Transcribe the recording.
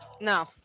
No